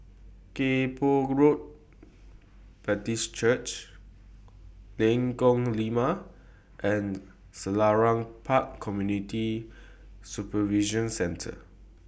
Kay Poh Road Baptist Church Lengkok Lima and Selarang Park Community Supervision Centre